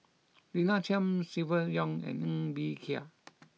Lina Chiam Silvia Yong and Ng Bee Kia